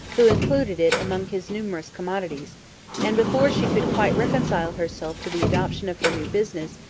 who included it among his numerous commodities and, before she could quite reconcile herself to the adoption of her new business,